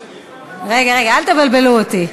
רגע, רגע, אל תבלבלו אותי.